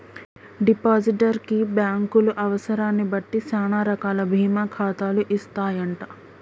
depositor కి బ్యాంకులు అవసరాన్ని బట్టి సానా రకాల బీమా ఖాతాలు ఇస్తాయంట